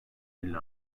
elli